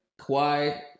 Kawhi